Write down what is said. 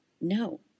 No